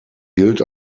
gilt